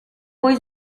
poi